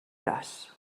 braç